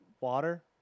Water